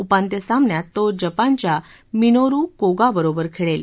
उपान्त्य सामन्यात तो जपानच्या मिनोरु कोगा बरोबर खेळेल